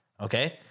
okay